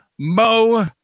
Mo